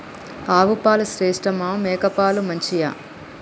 ఆవు పాలు శ్రేష్టమా మేక పాలు మంచియా?